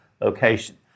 location